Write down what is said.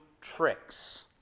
tricks